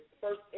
first